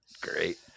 Great